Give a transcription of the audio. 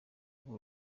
ubu